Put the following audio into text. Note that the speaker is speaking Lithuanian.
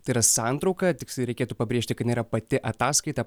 tai yra santrauka tiksliai reikėtų pabrėžti kad jinai yra pati ataskaita